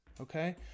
Okay